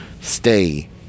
Stay